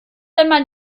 einmal